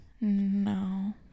No